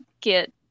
get